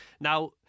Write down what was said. Now